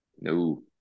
No